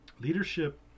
Leadership